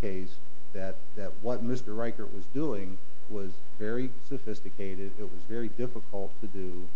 case that that what mr riker was doing was very sophisticated it was very difficult to do